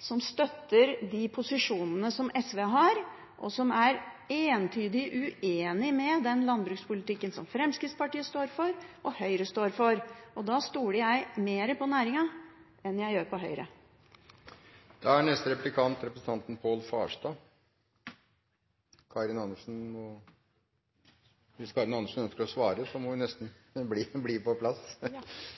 støtter de posisjonene som SV har, og er entydig uenig med den landbrukspolitikken som Fremskrittspartiet står for, og som Høyre står for, og da stoler jeg mer på næringen enn på Høyre. La det være klinkende klart at Venstre står fast på dagens tollsatser og på at det er de som skal gjelde. I innlegget mitt la jeg veldig stor vekt på